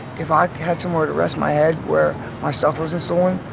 if i had somewhere to rest my head, where my stuff wasn't stolen,